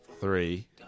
Three